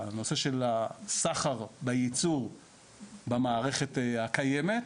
הנושא של הסחר בייצור במערכת הקיימת,